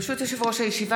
ברשות יושב-ראש הכנסת,